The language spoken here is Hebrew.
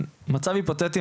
מצב היפותטי,